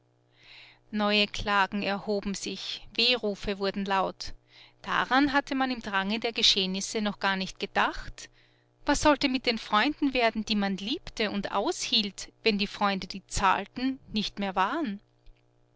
neue klagen erhoben sich wehrufe wurden laut daran hatte man im drange der geschehnisse noch gar nicht gedacht was sollte mit den freunden werden die man liebte und aushielt wenn die freunde die zahlten nicht mehr waren